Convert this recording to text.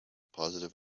positive